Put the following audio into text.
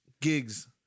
gigs